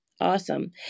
awesome